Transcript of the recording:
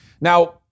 Now